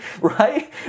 right